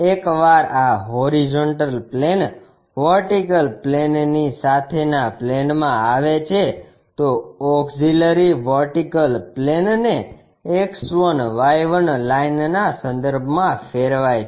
એકવાર આ HP VP ની સાથેના પ્લેનમાં આવે છે તો AVP ને X1Y1 લાઇનના સંદર્ભમાં ફેરવાય છે